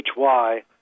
HY